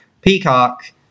Peacock